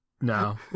No